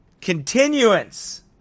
Continuance